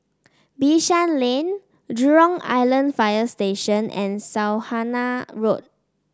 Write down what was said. Bishan Lane Jurong Island Fire Station and Saujana Road